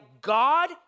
God